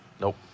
Nope